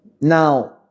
Now